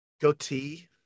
goatee